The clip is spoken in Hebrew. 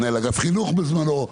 מנהל אגף חינוך בזמנו,